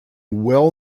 well